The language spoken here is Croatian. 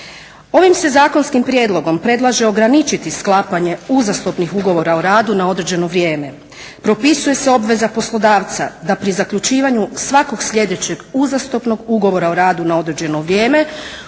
Ovim se zakonskim prijedlogom predlaže ograničiti sklapanje uzastopnih ugovora o radu na određeno vrijeme. Propisuje se obveza poslodavca da pri zaključivanju svakog sljedećeg uzastopnog ugovora o radu na određeno vrijeme